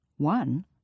One